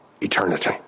eternity